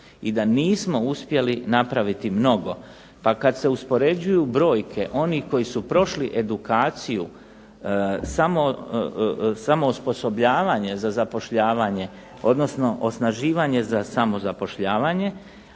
i da nismo uspjeli napraviti mnogo. Pa kad se uspoređuju brojke onih koji su prošli edukaciju samo osposobljavanja za zapošljavanje, odnosno osnaživanje za samozapošljavanje,